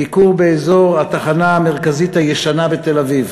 ביקור באזור התחנה המרכזית הישנה בתל-אביב.